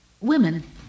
women